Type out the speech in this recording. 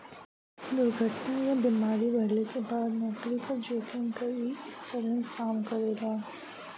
दुर्घटना या बीमारी भइले क बाद नौकरी क जोखिम क इ इन्शुरन्स कम करेला